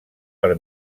per